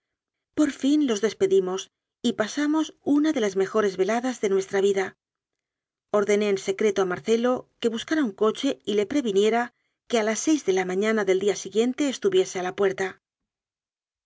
por fin los despedimos y pasamos una de las mejores veladas de nuestra vida ordené en secreto a marcelo que buscara un coche y le previniera que a las seis de la mañana del día si guiente estuviese a la puerta